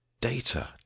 data